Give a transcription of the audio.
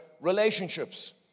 relationships